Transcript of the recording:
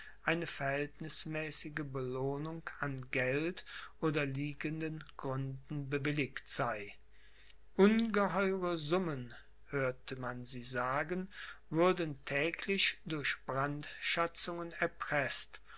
eine verhältnismäßige belohnung an geld oder liegenden gründen bewilligt sei ungeheure summen hörte man sie sagen würden täglich durch brandschatzungen erpreßt